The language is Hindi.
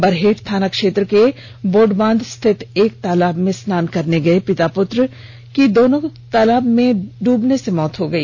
बरहेट थाना क्षेत्र के बोडबांध स्थित एक तालाब में स्नान करने गए पिता पुत्र दोनों की तालाब में डूबने से मौत हो गई